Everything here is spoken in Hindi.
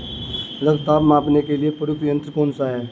रक्त दाब मापने के लिए प्रयुक्त यंत्र कौन सा है?